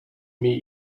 meet